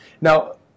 Now